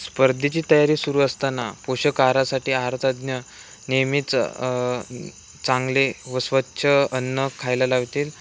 स्पर्धेची तयारी सुरू असताना पोषक आहारासाठी आहारतज्ज्ञ नेहमीच चांगले व स्वच्छ अन्न खायला लावतील